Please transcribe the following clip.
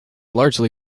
largely